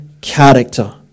character